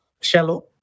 shallow